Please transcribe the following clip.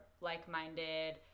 like-minded